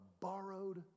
borrowed